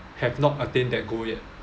have not attained that goal yet